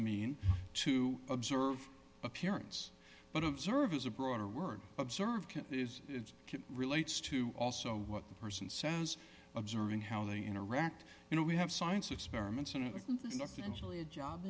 mean to observe appearance but observe is a broader word observed is it relates to also what the person says observing how they interact you know we have science experiments